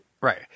Right